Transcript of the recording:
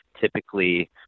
typically